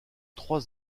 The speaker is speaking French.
trois